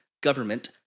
government